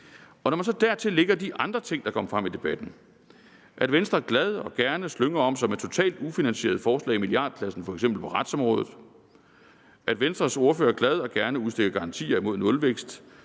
Når man så dertil lægger de andre ting, der kom frem i debatten – at Venstre glad og gerne slynger om sig med totalt ufinansierede forslag i milliardklassen på f.eks. retsområdet, at Venstres ordfører glad og gerne udstikker garantier mod nulvækst